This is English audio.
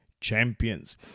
champions